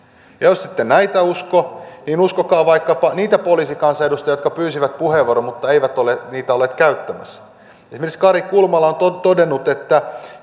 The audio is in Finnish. ja jos ette näitä usko niin uskokaa vaikkapa niitä poliisikansanedustajia jotka pyysivät puheenvuoron mutta eivät ole niitä olleet käyttämässä esimerkiksi kari kulmala on todennut että